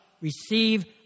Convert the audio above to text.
Receive